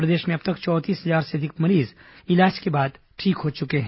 प्रदेश में अब तक चौंतीस हजार से अधिक मरीज इलाज के बाद ठीक हो चुके हैं